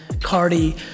Cardi